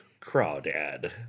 crawdad